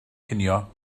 cinio